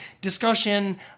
discussion